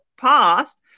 past